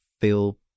feel